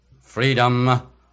freedom